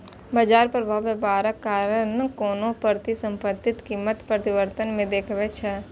बाजार प्रभाव व्यापारक कारण कोनो परिसंपत्तिक कीमत परिवर्तन मे देखबै छै